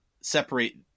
separate